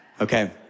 Okay